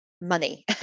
money